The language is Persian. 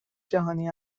جهانی